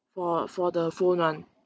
for for the phone [one]